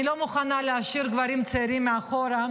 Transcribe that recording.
אני לא מוכנה להשאיר גברים צעירים מאחורה,